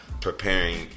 preparing